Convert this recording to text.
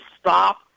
stop